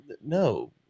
no